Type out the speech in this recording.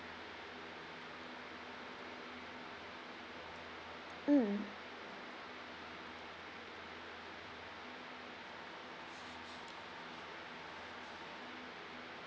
mm